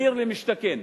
מחיר למשתכן.